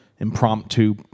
impromptu